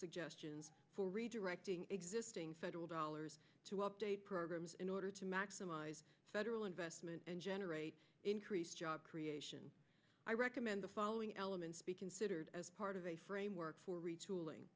suggestions for redirecting existing federal dollars to update programs in order to maximize federal investment and generate increased job creation i recommend the following elements be considered as part of a framework for retooling